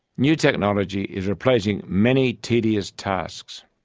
new technology is replacing many tedious tasks.